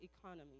economy